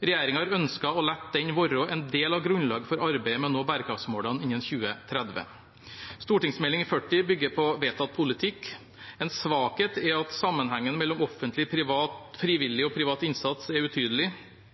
Regjeringen har ønsket å la den være en del av grunnlaget for arbeidet med å nå bærekraftsmålene innen 2030. Denne stortingsmeldingen bygger på vedtatt politikk. En svakhet er at sammenhengen mellom offentlig, frivillig og privat innsats er utydelig.